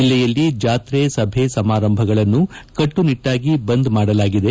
ಜಿಲ್ಲೆಯಲ್ಲಿ ಜಾತ್ರೆ ಸಭೆ ಸಮಾರಂಭಗಳನ್ನು ಕಟ್ಟುನಿಟ್ಟಾಗಿ ಬಂದ್ ಮಾಡಲಾಗಿದೆ